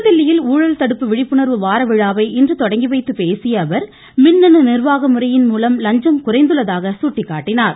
புதுதில்லியில் ஊழல் தடுப்பு விழிப்புணர்வு வார விழாவை இன்று கொடங்கி வைத்து பேசிய அவர் மின்னணு நிர்வாக முறையின் மூலம் லஞ்சம் குறைந்துள்ளதாக சுட்டிக்காட்டினார்